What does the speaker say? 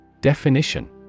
Definition